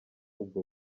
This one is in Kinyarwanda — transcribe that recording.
ubwo